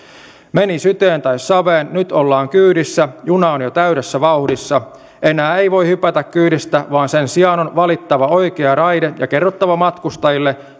meni syteen tai saveen nyt ollaan kyydissä juna on jo täydessä vauhdissa enää ei voi hypätä kyydistä vaan sen sijaan on valittava oikea raide ja kerrottava matkustajille